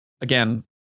again